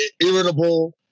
irritable